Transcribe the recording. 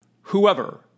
Whoever